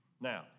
Now